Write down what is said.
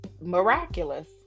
miraculous